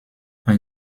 ein